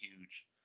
huge